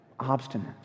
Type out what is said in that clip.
obstinate